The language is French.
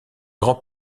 grand